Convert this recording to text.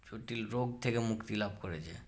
জটিল রোগ থেকে মুক্তি লাভ করেছে